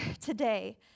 today